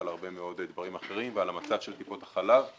על המצב של טיפות החלב ועל הרבה מאוד דברים אחרים.